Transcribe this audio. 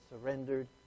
surrendered